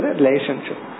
relationship